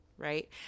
right